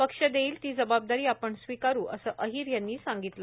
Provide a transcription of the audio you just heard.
पक्ष देईल ती जवाबदारी आपण स्वीकारू असं अहिर यांनी सांगितलं